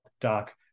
Doc